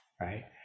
right